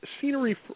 scenery